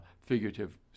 figurative